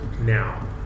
now